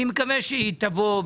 תביאו,